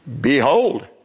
behold